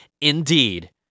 Indeed